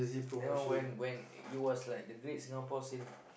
then one when when it was like the Great-Singapore-Sale